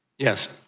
yes.